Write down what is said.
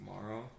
tomorrow